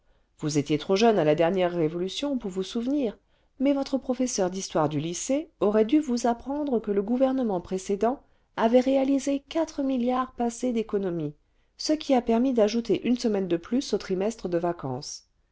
vous étiez trop j eune à la dernière révolution pour vous souvenir mais votre professeur d'histoire du lycée aurait dû vous apprendre que le gouvernement précédent avait réalisé quatre milliards passés d'économies ce qui a permis d'ajouter une semaine de plus au trimestre de vacances